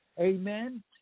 amen